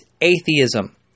atheism